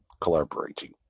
collaborating